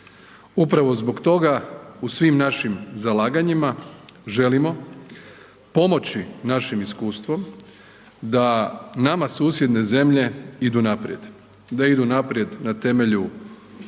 Upravo zbog toga u svim našim zalaganjima želimo pomoći našim iskustvom da nama susjedne zemlje idu naprijed, da idu naprijed na temelju